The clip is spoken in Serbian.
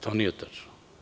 To nije tačno.